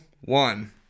one